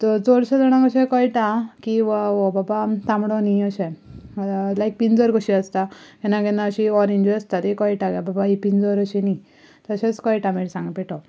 so चडशे जाणाक अशें कळटा की वा हो बाबा तांबडो न्हय अशें लायक पिंजर कशी आसता केन्ना केन्ना अशी ओरेंजूय आसता हाचेर कळटा बाबा ही पिंजर अशी न्हय तशेंच कळटा मिरसांगे पिठो